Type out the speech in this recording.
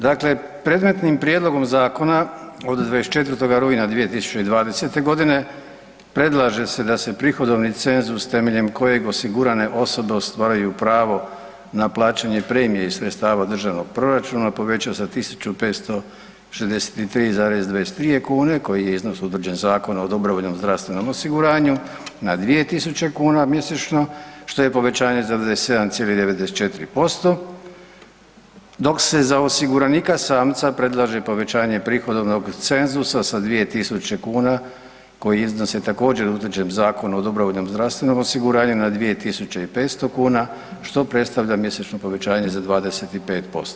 Dakle, predmetnim Prijedlogom zakona od 24. rujna 2020. godine predlaže se da se prihodovni cenzus temeljem kojeg osigurane osobe ostvaruju pravo na plaćanje premije iz sredstava Državnog proračuna povećao se sa 1563,22 kuna koji je iznos utvrđen Zakonom o dobrovoljnom zdravstvenom osiguranju na 2 tisuće kuna mjesečno, što je povećanje za 97,94%, dok se za osiguranika samca predlaže povećanje prihodovnog cenzusa sa 2 tisuće kuna, koji iznos je također utvrđen Zakonom o dobrovoljnom zdravstvenom osiguranju na 2 500 kuna, što predstavlja mjesečno pove anje za 25%